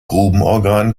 grubenorgan